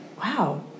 Wow